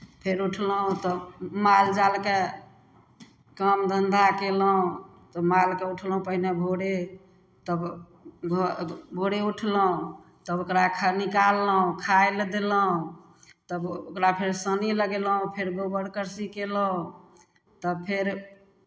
फेर उठलहुँ तऽ मालजालके काम धन्धा कयलहुँ तऽ मालकेँ उठलहुँ तऽ पहिने भोरे तब घ भोरे उठलहुँ तब ओकरा खा निकाललहुँ खाय लए देलहुँ तब ओकरा फेर सानी लगयलहुँ फेर गोबर करसी कयलहुँ तब फेर